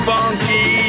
Funky